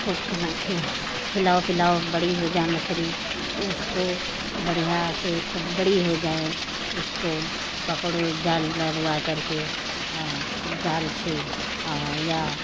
खूब खिला कर खिलाओ पिलाओ बड़ी हो जा मछली उसको बढ़िया से खूब बड़ी हो जाए उसको पकड़ो जाल डलवाकर के अ जाल से और या